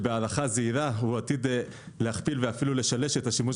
בהנחה זהירה הוא עתיד להכפיל אף לשלש את השימוש